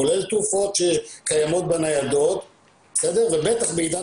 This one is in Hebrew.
כולל תרופות שקיימות בניידות ובטח בעידן